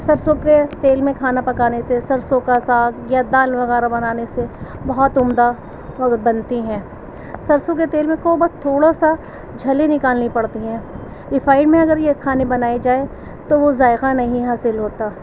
سرسوں کے تیل میں کھانا پکانے سے سرسوں کا ساگ یا دال وغیرہ بنانے سے بہت عمدہ بنتی ہیں سرسوں کے تیل میں کو بس تھوڑا سا جھلی نکالنی پڑتی ہیں ریفائن میں اگر یہ کھانے بنائے جائیں تو وہ ذائقہ نہیں حاصل ہوتا